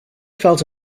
felt